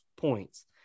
points